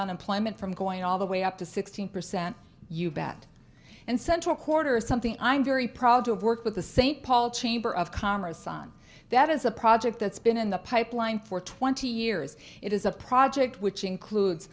unemployment from going all the way up to sixteen percent you bet and central quarter is something i'm very proud to have worked with the st paul chamber of commerce on that is a project that's been in the pipeline for twenty years it is a project which includes